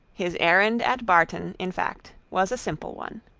his errand at barton, in fact, was a simple one.